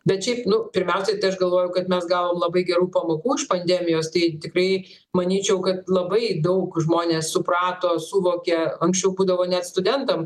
bet šiaip nu pirmiausia aš galvoju kad mes gavom labai gerų pamokų iš pandemijos tai tikrai manyčiau kad labai daug žmonės suprato suvokė anksčiau būdavo net studentam